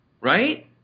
Right